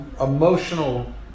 emotional